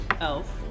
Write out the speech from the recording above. elf